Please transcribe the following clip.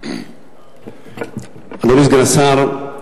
אדוני סגן השר,